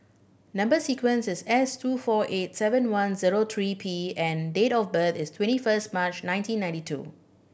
number sequence is S two four eight seven one zero three P and date of birth is twenty first March nineteen ninety two